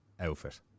outfit